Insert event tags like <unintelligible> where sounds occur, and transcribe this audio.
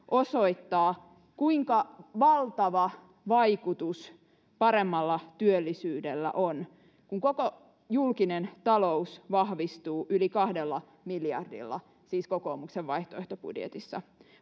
<unintelligible> osoittaa kuinka valtava vaikutus paremmalla työllisyydellä on kun koko julkinen talous vahvistuu yli kahdella miljardilla siis kokoomuksen vaihtoehtobudjetissa